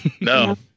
No